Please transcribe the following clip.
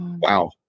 wow